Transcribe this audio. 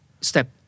step